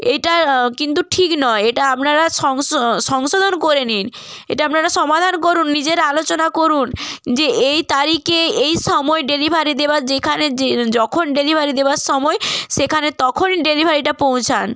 এইটা কিন্তু ঠিক নয় এটা আপনারা সংশো সংশোধন করে নিন এটা আপনারা সমাধান করুন নিজেরা আলোচনা করুন যে এই তারিখে এই সময়ে ডেলিভারি দেবার যেখানে যে যখন ডেলিভারি দেবার সময় সেখানে তখনই ডেলিভারিটা পৌঁছান